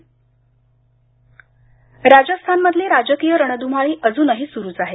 राजस्थान राजस्थानमधली राजकीय रणधुमाळी अजूनही सुरूच आहे